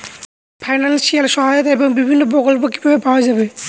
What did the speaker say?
Financial সহায়তা এবং বিভিন্ন প্রকল্প কিভাবে পাওয়া যাবে?